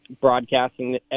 broadcasting